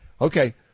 Okay